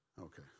Okay